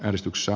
äänestyksessä